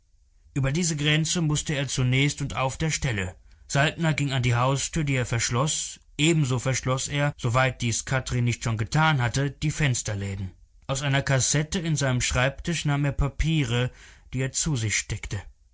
über diese grenze mußte er zunächst und auf der stelle saltner ging an die haustür die er verschloß ebenso verschloß er soweit dies kathrin nicht schon getan hatte die fensterläden aus einer kassette in seinem schreibtisch nahm er papiere die er zu sich steckte